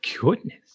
goodness